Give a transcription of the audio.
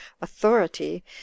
authority